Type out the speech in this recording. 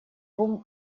двум